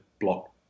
Block